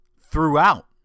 throughout